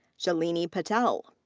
shalini patel.